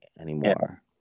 anymore